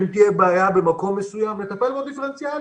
אם תהיה בעיה במקום מסוים נטפל בה דיפרנציאלית,